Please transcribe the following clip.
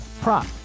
prop